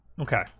Okay